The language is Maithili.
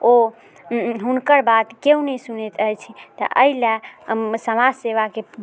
ओ हुनकर बाद केओ नहि सुनैत अछि तऽ अइ लऽ समाज सेवाके